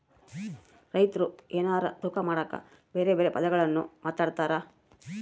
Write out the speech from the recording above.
ರೈತ್ರು ಎನಾರ ತೂಕ ಮಾಡಕ ಬೆರೆ ಬೆರೆ ಪದಗುಳ್ನ ಮಾತಾಡ್ತಾರಾ